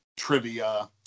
trivia